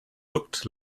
looked